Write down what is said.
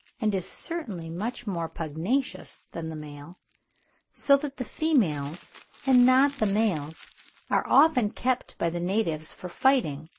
and is certainly much more pugnacious than the male so that the females and not the males are often kept by the natives for fighting,